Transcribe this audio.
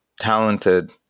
talented